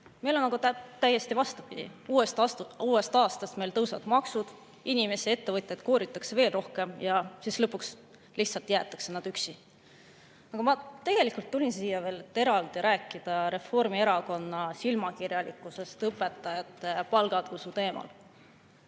Meil on aga täiesti vastupidi: uuest aastast tõusevad maksud, inimesi, ettevõtjaid kooritakse veel rohkem ja siis lõpuks lihtsalt jäetakse nad üksi. Aga ma tegelikult tulin siia, et veel eraldi rääkida Reformierakonna silmakirjalikkusest õpetajate palga tõusu teemal.